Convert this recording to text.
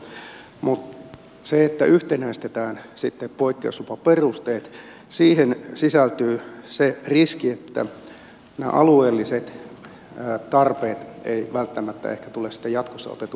mutta siihen että yhtenäistetään poikkeuslupaperusteet sisältyy se riski että nämä alueelliset tarpeet eivät välttämättä ehkä tule sitten jatkossa otetuksi huomioon